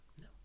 No